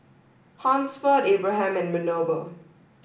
Hansford Abraham and Minerva